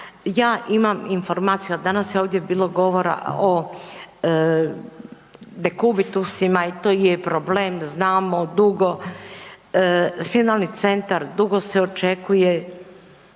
ja imam informaciju, danas je ovdje bilo govora o dekubitusima i to je problem znamo dugo, spinalni centar dugo se očekuje,